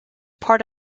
part